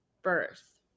birth